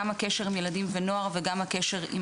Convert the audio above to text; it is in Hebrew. גם הקשר עם ילדים ונוער וגם הקשר עם